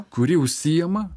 kuri užsiima